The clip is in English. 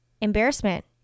embarrassment